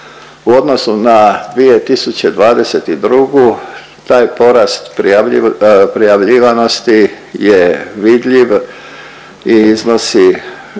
U odnosu na 2022. taj porast prijavljivanosti je vidljiv i iznosi